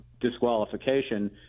disqualification